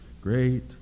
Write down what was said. Great